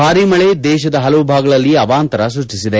ಭಾರೀ ಮಳೆ ದೇಶದ ಹಲವು ಭಾಗಗಳಲ್ಲಿ ಅವಾಂತರ ಸ್ಪಷ್ಟಿಸಿದೆ